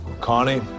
Connie